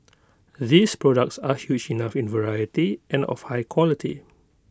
these products are huge enough in variety and of high quality